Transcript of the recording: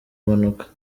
impanuka